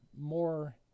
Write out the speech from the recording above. more